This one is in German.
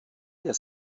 der